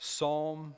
Psalm